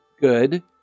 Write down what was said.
good